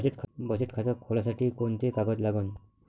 बचत खात खोलासाठी कोंते कागद लागन?